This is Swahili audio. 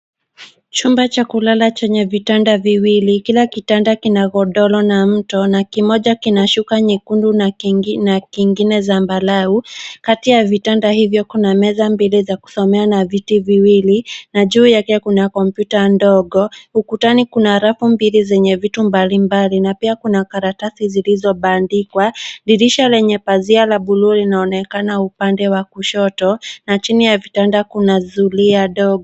Chumba cha kulala chenye vitanda viwili. Kila kitanda kina godoro na mto na kimoja kina shuka nyekundu na kingine zambarau. Kati ya vitanda hivyo kuna meza mbili vya kusomea na viti viwili na juu yake kuna kompyuta ndogo. Ukutani kuna rafu mbili zenye vitu mbalimbali na pia kuna karatasi zilizobandikwa. Dirisha lenye pazia la bluu linaonekana upande wa kushoto na chini ya vitanda kuna zulia ndogo.